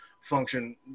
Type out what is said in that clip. function